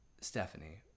Stephanie